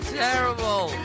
terrible